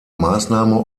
maßnahme